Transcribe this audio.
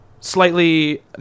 slightly